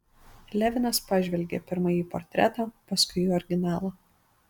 levinas pažvelgė pirma į portretą paskui į originalą